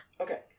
Okay